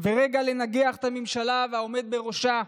והרגע לנגח את הממשלה והעומד בראשה.